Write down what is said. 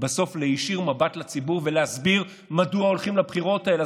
בסוף להישיר מבט לציבור ולהסביר מדוע הולכים לבחירות האלה.